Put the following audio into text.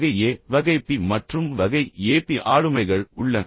வகை ஏ வகை பி மற்றும் வகை ஏபி ஆளுமைகள் உள்ளன